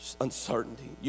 Uncertainty